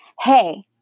hey